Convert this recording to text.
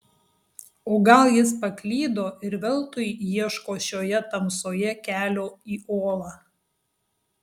o gal jis paklydo ir veltui ieško šioje tamsoje kelio į olą